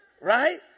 Right